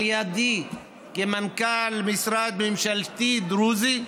על ידי, מנכ"ל משרד ממשלתי דרוזי,